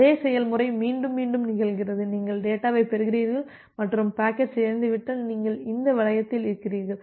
அதே செயல்முறை மீண்டும் மீண்டும் நிகழ்கிறது நீங்கள் டேட்டாவைப் பெறுகிறீர்கள் மற்றும் பாக்கெட் சிதைந்துவிட்டால் நீங்கள் இந்த வளையத்தில் இருக்கிறீர்கள்